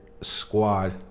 squad